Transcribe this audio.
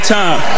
time